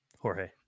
Jorge